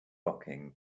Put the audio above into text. locking